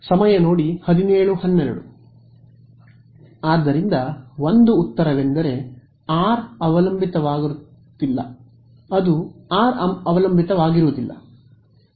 ವಿದ್ಯಾರ್ಥಿ ಆದ್ದರಿಂದ ಒಂದು ಉತ್ತರವೆಂದರೆ r ಅವಲಂಬಿತವಾಗಿರುತ್ತದೆ ಇಲ್ಲ ಅದು r ಅವಲಂಬಿತವಾಗಿರುವುದಿಲ್ಲ